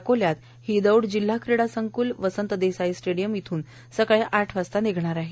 अकोला इथं ही दौड जिल्हा क्रीडा संक्ल वसंत देसाई स्टेडीयम येथून सकाळी आठ वाजता स्रु होणार आहे